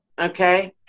Okay